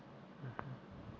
mmhmm